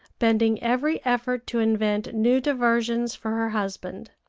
bending every effort to invent new diversions for her husband.